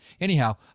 Anyhow